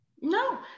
No